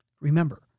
Remember